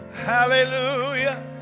Hallelujah